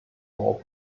for